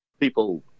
people